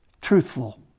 truthful